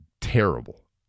terrible